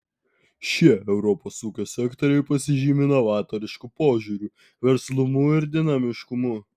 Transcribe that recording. šie europos ūkio sektoriai pasižymi novatorišku požiūriu verslumu ir dinamiškumu